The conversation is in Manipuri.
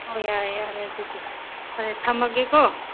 ꯑꯣ ꯌꯥꯔꯦ ꯌꯥꯔꯦ ꯑꯗꯨꯗꯤ ꯐꯔꯦ ꯊꯝꯃꯒꯦꯀꯣ